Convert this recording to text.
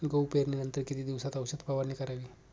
गहू पेरणीनंतर किती दिवसात औषध फवारणी करावी?